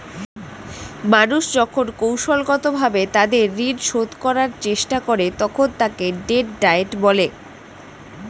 মানুষ যখন কৌশলগতভাবে তাদের ঋণ শোধ করার চেষ্টা করে, তখন তাকে ডেট ডায়েট বলে